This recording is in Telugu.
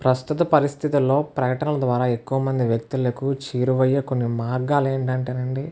ప్రస్తుత పరిస్థితుల్లో ప్రకటనల ద్వారా ఎక్కువమంది వ్యక్తులకు చేరువయ్యే కొన్ని మార్గాలు ఏంటంటే అండి